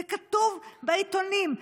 זה כתוב בעיתונים.